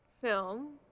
film